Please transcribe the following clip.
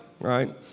right